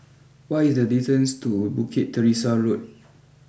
what is the distance to Bukit Teresa Road